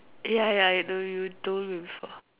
ya ya I know you told me before